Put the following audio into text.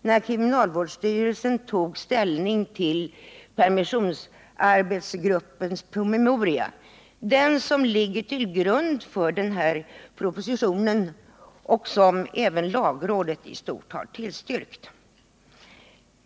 när den tog ställning till permissionsarbetsgruppens promemoria — den som ligger till grund för den här propositionen och som även lagrådet i stort har tillstyrkt.